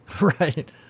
Right